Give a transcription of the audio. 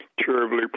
terribly